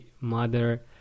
mother